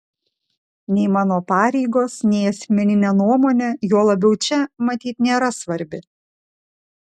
nei mano pareigos nei asmeninė nuomonė juo labiau čia matyt nėra svarbi